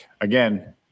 again